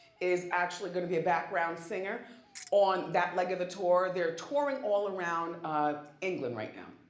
is actually gonna be a background singer on that leg of the tour. they're touring all around england right now.